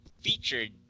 featured